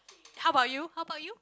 how about you how about you